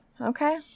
Okay